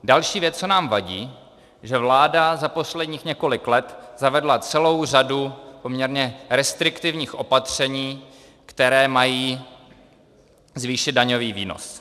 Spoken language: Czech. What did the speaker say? Další věc, co nám vadí, že vláda za posledních několik let zavedla celou řadu poměrně restriktivních opatření, která mají zvýšit daňový výnos.